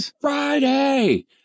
Friday